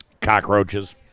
Cockroaches